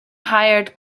hired